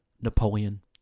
Napoleon